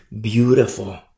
beautiful